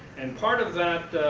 and part of that,